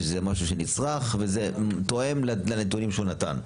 זה משהו שנצרך וזה תואם לנתונים שהוא נתן.